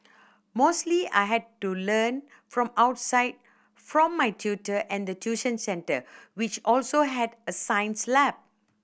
mostly I had to learn from outside from my tutor and the tuition centre which also had a science lab